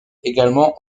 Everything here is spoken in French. également